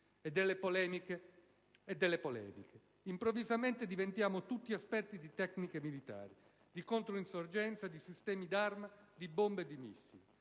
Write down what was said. e delle polemiche. Improvvisamente diventiamo tutti esperti di tecniche militari, di contro-insorgenza, di sistemi d'arma, di bombe e di missili,